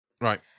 Right